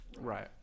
right